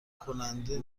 کننده